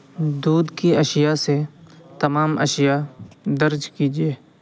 دودھ کی اشیاء سے تمام اشیاء درج کیجیے